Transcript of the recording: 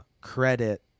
credit